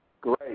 Great